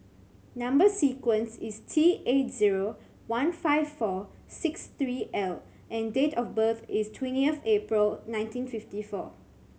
number sequence is T eight zero one five four six three L and date of birth is twentieth April nineteen fifty four